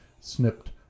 snipped